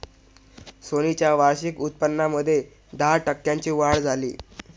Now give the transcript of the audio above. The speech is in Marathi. सोनी च्या वार्षिक उत्पन्नामध्ये दहा टक्क्यांची वाढ झाली